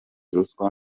ruswa